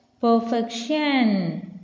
Perfection